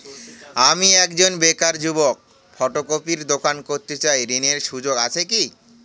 আমি একজন বেকার যুবক ফটোকপির দোকান করতে চাই ঋণের সুযোগ আছে কি?